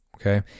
okay